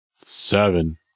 Seven